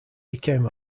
became